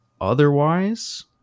Otherwise